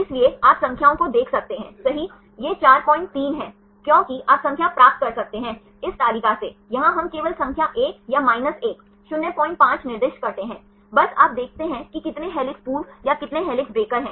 इसलिए आप संख्याओं को देख सकते हैं सही यह 43 है क्योंकि आप संख्या प्राप्त कर सकते हैं इस तालिका से यहां हम केवल संख्या 1 या माइनस 1 05 निर्दिष्ट करते हैं बस आप देखते हैं कि कितने हेलिक्स पूर्व या कितने हेलिक्स ब्रेकर हैं